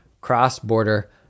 cross-border